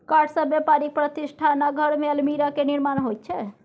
काठसँ बेपारिक प्रतिष्ठान आ घरमे अलमीरा केर निर्माण होइत छै